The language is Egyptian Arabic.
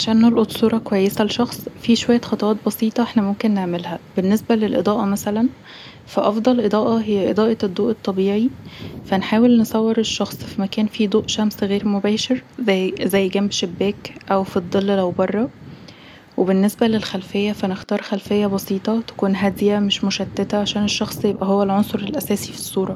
عشان نلقط صورة كويسه لشخص فيه شويه خطوات بسيطه احنا ممكن نعملها، بالنسبة للإضاءه مثلا فأفضل اضاءة هي اضاءة الضوء الطبيعي فنحاول نصور الشخص فيه ضوء شمس غير مباشر زي جنب شباك او في الضل لو برا وبالنسبه للخلفيه فنختار خلفيه بسيطه تكون هاديه مش مشتته عشان الشخص يبقي هو العنصر الاساسي في الصوره